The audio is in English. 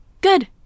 Good